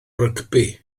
rygbi